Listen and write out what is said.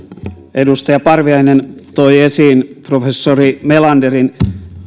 edustaja parviainen toi esiin professori melanderin